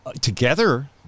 together